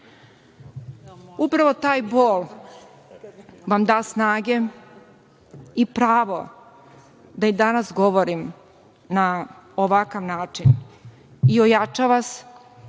Upravo taj bol vam da snage i pravo da i danas govorim na ovakav način i ojača vas